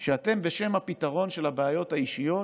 ואתם, בשם פתרון הבעיות האישיות,